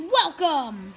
welcome